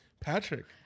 Patrick